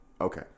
Okay